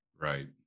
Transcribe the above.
Right